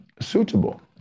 suitable